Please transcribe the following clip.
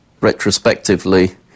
retrospectively